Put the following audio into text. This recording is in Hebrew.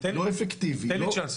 לא אפקטיבי --- תן לי צ'אנס.